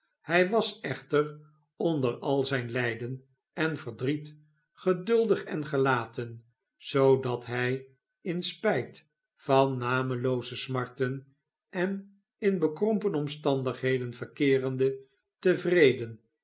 hij was echter onder al zijn lijden en verdrietgeduldig en gelaten zoodat hij in spijt van namelooze smarten en in bekrompen omstandigheden verkeerende tevreden